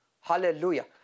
Hallelujah